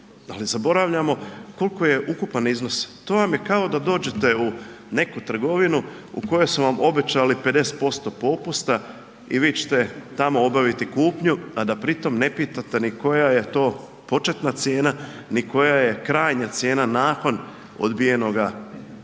ali zaboravljamo koliko je ukupan iznos. To vam je kao da dođete u neki trgovinu u kojoj su vam obećali 50% i vi ćete tamo obaviti kupnju a da pritom ne pitate ni koja je to početna cijena ni koja je krajnja cijena nakon odbijenoga popusta